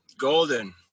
Golden